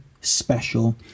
special